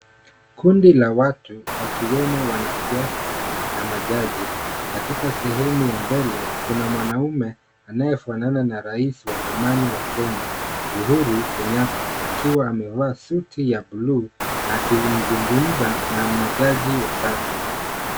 Kundi la watu wakiwemo wanasiasa na majaji katika sehemu ya mbele kuna mwanaume anayefanana na rais wa zamani wa kenya uhuru kenyatta akiwa amevaa suti ya buluu na akizungumza na majaji watatu.